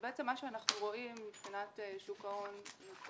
מבחינת שוק ההון,